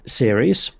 series